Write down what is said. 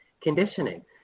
conditioning